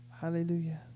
Hallelujah